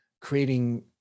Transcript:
creating